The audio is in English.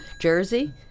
Jersey